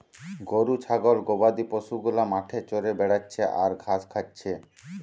গরু ছাগল গবাদি পশু গুলা মাঠে চরে বেড়াচ্ছে আর ঘাস খাচ্ছে